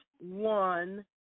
One